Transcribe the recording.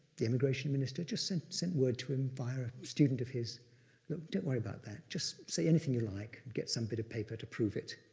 the immigration minister, just sent sent word to him via a student of his that don't worry about that, just say anything you like and get some bit of paper to prove it.